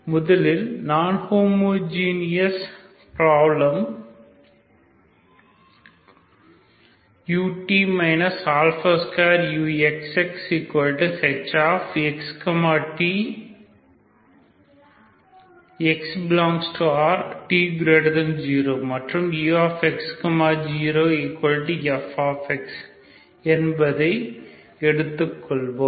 முதலில் நான் homogeneous problem ut 2uxxhx t x∈R t0 மற்றும் ux 0f என்பதை எடுத்துக் கொள்வோம்